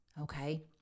Okay